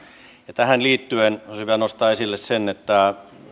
ja tähän liittyen olisi hyvä nostaa esille se että